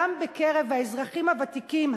גם בקרב האזרחים הוותיקים,